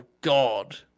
God